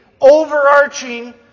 overarching